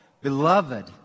beloved